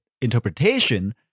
interpretation